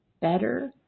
better